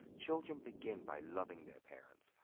children begin by loving their parents.